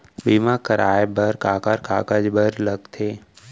बीमा कराय बर काखर कागज बर लगथे?